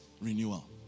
renewal